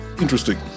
interesting